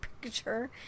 picture